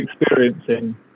experiencing